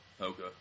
Okay